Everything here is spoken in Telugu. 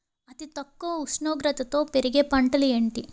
అతి తక్కువ ఉష్ణోగ్రతలో పెరిగే పంటలు ఏంటి?